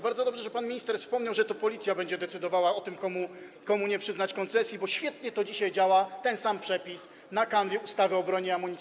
Bardzo dobrze, że pan minister wspomniał, że to Policja będzie decydowała o tym, komu nie przyznać koncesji, bo świetnie to dzisiaj działa, ten sam przepis, na kanwie ustawy o broni i amunicji.